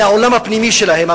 מהעולם הפנימי שלהם.